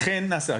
אכן נעשה,